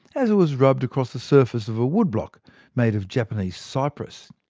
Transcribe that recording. as it was rubbed across the surface of a woodblock made of japanese cypress.